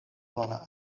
bona